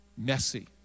messy